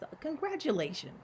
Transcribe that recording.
Congratulations